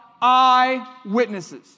eyewitnesses